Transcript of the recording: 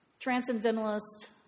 Transcendentalist